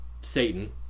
satan